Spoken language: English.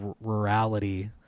rurality